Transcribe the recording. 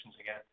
again